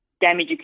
damage